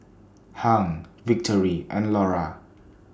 Hung Victory and Laura